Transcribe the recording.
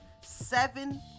seven